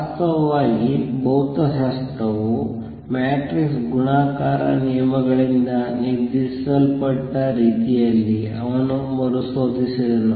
ವಾಸ್ತವವಾಗಿ ಭೌತಶಾಸ್ತ್ರವು ಮ್ಯಾಟ್ರಿಕ್ಸ್ ಗುಣಾಕಾರ ನಿಯಮಗಳಿಂದ ನಿರ್ದೇಶಿಸಲ್ಪಟ್ಟ ರೀತಿಯಲ್ಲಿ ಅವನು ಮರುಶೋಧಿಸಿದನು